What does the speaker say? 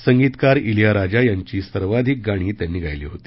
संगीतकार इलिया राजा यांची सर्वाधिक गाणी त्यांनी गायली होती